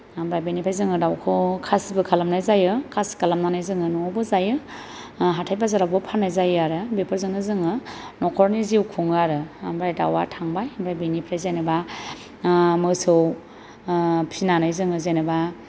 ओमफाय बेनिफ्राय जोङो दाउखौ खासिबो खालामनाय जायो खासि खालामनानै जोङो न'आवबो जायो हाथाय बाजारावबो फाननाय जायो आरो बेफोरजोंनो जोङो न'खरनि जिउ खुङो आरो ओमफ्राय दाउआ थांबाय ओमफाय बेनिफ्राय जेनेबा मोसौ फिनानै जोङो जेनेबा